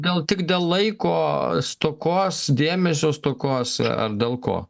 gal tik dėl laiko stokos dėmesio stokos ar dėl ko